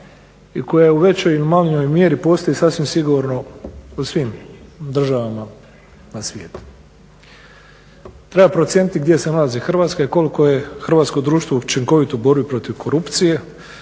i koja u većoj ili manjoj mjeri postoji sasvim sigurno u svim državama na svijetu. Treba procijeniti gdje se nalazi Hrvatska i koliko je hrvatsko društvo učinkovito u borbi protiv korupcije,